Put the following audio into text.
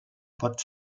pot